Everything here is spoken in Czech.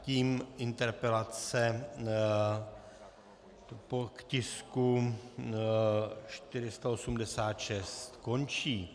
Tím interpelace k tisku 486 končí.